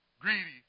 greedy